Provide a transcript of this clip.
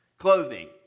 clothing